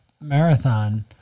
marathon